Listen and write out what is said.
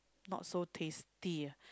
not so tasty ya